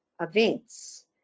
events